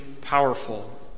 powerful